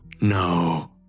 No